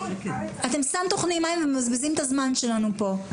אתם סתם טוחנים ומבזבזים את הזמן שלנו פה.